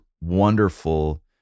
wonderful